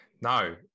No